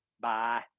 Bye